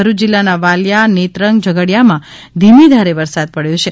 ભરૂચ જિલ્લાના વાલીયા નેત્રંગ ઝઘડીયામાં ધીમી ધારે વરસાદ પડયો છે